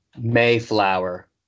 Mayflower